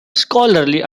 scholarly